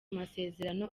masezerano